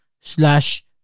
slash